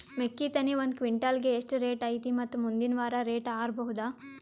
ಮೆಕ್ಕಿ ತೆನಿ ಒಂದು ಕ್ವಿಂಟಾಲ್ ಗೆ ಎಷ್ಟು ರೇಟು ಐತಿ ಮತ್ತು ಮುಂದಿನ ವಾರ ರೇಟ್ ಹಾರಬಹುದ?